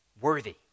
worthy